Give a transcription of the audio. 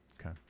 Okay